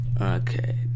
Okay